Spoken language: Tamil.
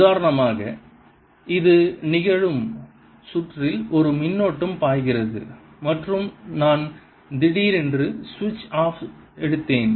உதாரணமாக இது நிகழும் சுற்றில் ஒரு மின்னோட்டம் பாய்கிறது மற்றும் நான் திடீரென்று சுவிட்ச் ஆஃப் எடுத்தேன்